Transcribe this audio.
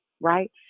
right